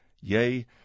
Yea